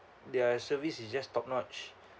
their service is just top-notch